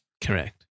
Correct